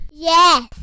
Yes